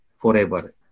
forever